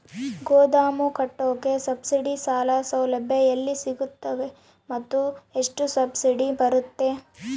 ಗೋದಾಮು ಕಟ್ಟೋಕೆ ಸಬ್ಸಿಡಿ ಸಾಲ ಸೌಲಭ್ಯ ಎಲ್ಲಿ ಸಿಗುತ್ತವೆ ಮತ್ತು ಎಷ್ಟು ಸಬ್ಸಿಡಿ ಬರುತ್ತೆ?